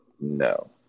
No